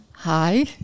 hi